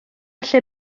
lle